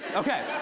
okay.